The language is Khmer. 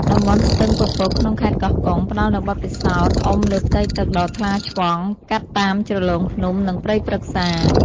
តំបន់ស្ទឹងពពកក្នុងខេត្តកោះកុង ផ្ដល់នូវបទពិសោធន៍អុំលើផ្ទៃទឹកដ៏ថ្លាឆ្វង់កាត់តាមជ្រលងភ្នំ និងព្រៃព្រឹក្សា។